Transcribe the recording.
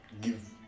give